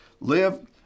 Live